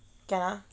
can ah